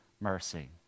mercy